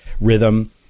rhythm